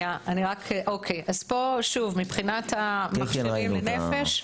מבחינת המכשירים לנפש.